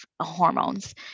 hormones